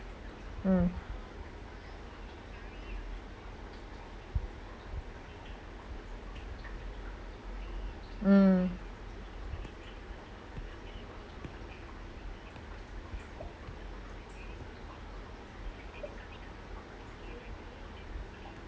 mm mm